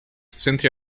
центре